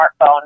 smartphone